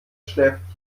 schläft